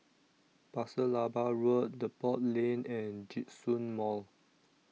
Pasir Laba Road Depot Lane and Djitsun Mall